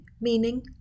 meaning